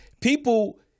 People